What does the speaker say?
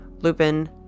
Lupin